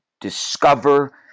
discover